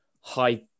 high